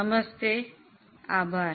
નમસ્તે આભાર